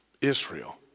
Israel